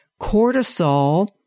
cortisol